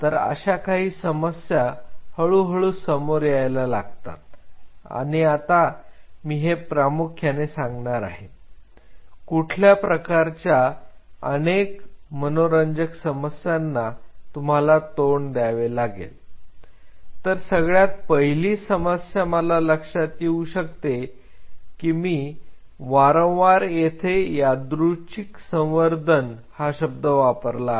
तर अशा काही समस्या हळूहळू समोर यायला लागतात आणि आता मी हे प्रामुख्याने सांगणार आहे कुठल्या प्रकारच्या अनेक मनोरंजक समस्यांना तुम्हाला तोंड द्यावे लागेल तर सगळ्यात पहिली समस्या मला लक्षात येऊ शकते की मी वारंवार येथे यादृच्छिक संवर्धन हा शब्द वापरला आहे